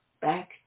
back